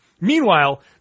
Meanwhile